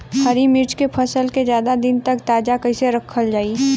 हरि मिर्च के फसल के ज्यादा दिन तक ताजा कइसे रखल जाई?